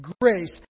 grace